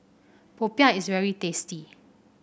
popiah is very tasty